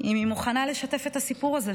אם היא מוכנה לשתף את הסיפור הזה,